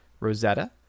Rosetta